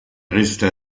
resta